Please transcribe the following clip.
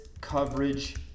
Coverage